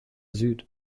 süd